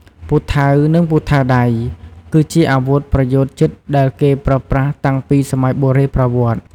ពូថៅ និងពូថៅដៃ គឺជាអាវុធប្រយុទ្ធជិតដែលគេប្រើប្រាស់តាំងពីសម័យបុរេប្រវត្តិ។